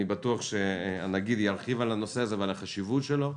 אני בטוח שהנגיד ירחיב על הנושא הזה ועל החשיבות שלו.